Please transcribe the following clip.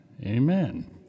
Amen